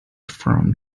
from